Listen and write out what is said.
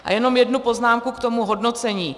A jenom jednu poznámku k tomu hodnocení.